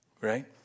Right